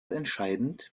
entscheidend